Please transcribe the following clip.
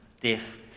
Death